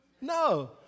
No